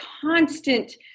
constant